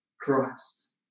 Christ